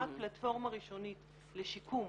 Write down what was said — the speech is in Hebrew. זו רק פלטפורמה ראשונית לשיקום.